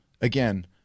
Again